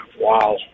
Wow